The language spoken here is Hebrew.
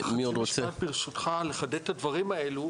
משפט ברשותך לחדד את הדברים האלו.